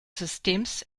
systems